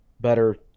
better